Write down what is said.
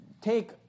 take